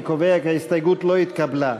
אני קובע כי ההסתייגות לא התקבלה.